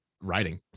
writing